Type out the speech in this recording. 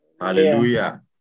hallelujah